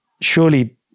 surely